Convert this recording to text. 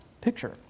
picture